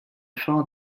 far